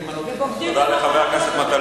לבוגדים כמוך,